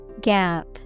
Gap